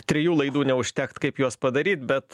trijų laidų neužtektų kaip juos padaryt bet